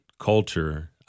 culture